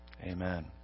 Amen